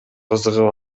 кызыгып